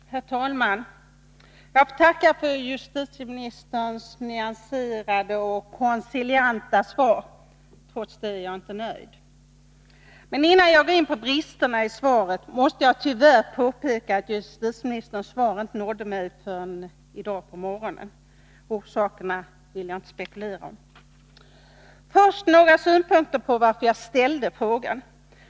Herr talman! Jag får tacka för justitieministerns nyanserade och koncilianta svar. Trots detta är jag inte nöjd! Men innan jag går in på bristerna i svaret måste jag tyvärr påpeka att justitieministerns svar inte nådde mig förrän i dag på morgonen. Orsakerna vill jag inte spekulera om. Först vill jag ge några synpunkter på varför jag ställde frågan.